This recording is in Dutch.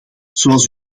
zoals